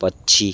पक्षी